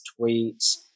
tweets